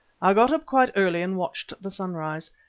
i got up quite early and watched the sunrise.